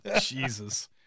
Jesus